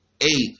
Eight